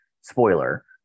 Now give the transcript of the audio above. spoiler